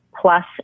plus